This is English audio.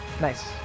Nice